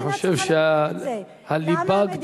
אני חושב שהליבה, למה המדינה צריכה לממן את זה?